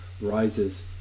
rises